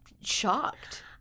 shocked